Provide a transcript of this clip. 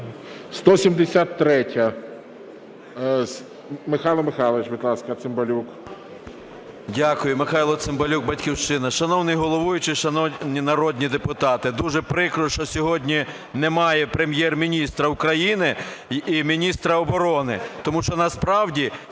173-я. Михайло Михайлович, будь ласка, Цимбалюк. 16:41:09 ЦИМБАЛЮК М.М. Дякую. Михайло Цимбалюк, "Батьківщина". Шановний головуючий, шановні народні депутати! Дуже прикро, що сьогодні немає Прем'єр-міністра України і міністра оборони, тому що насправді